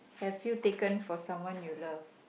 have you taken for someone you love